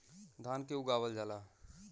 धान के उगावल जाला